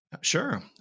Sure